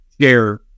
share